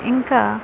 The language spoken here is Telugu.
ఇంకా